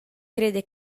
crede